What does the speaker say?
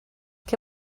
què